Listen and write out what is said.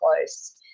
close